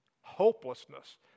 hopelessness